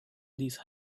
these